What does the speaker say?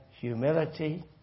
humility